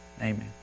Amen